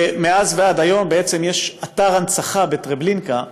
ומאז ועד היום, בעצם יש אתר הנצחה בטרבלינקה,